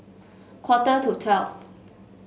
quarter to twelve